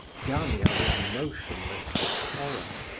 gania was motionless with horror.